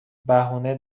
بهونه